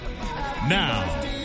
Now